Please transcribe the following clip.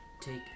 take